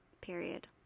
period